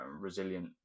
resilient